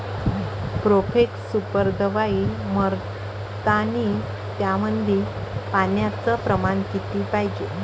Profex super दवाई मारतानी त्यामंदी पान्याचं प्रमाण किती पायजे?